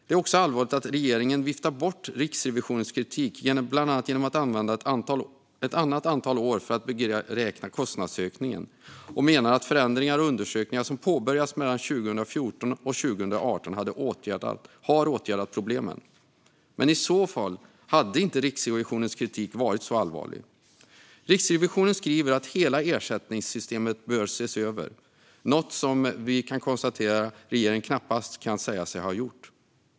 Det är också allvarligt att regeringen viftar bort Riksrevisionens kritik, bland annat genom att använda ett annat antal år för att beräkna kostnadsökningen, och menar att förändringar och undersökningar som påbörjades mellan 2014 och 2018 har åtgärdat problemen. Men i så fall hade inte Riksrevisionens kritik varit så allvarlig. Riksrevisionen skriver att hela ersättningssystemet bör ses över, något som - kan vi konstatera - regeringen knappast kan säga sig ha gjort.